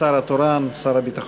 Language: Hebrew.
השר התורן הוא שר הביטחון,